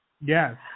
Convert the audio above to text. Yes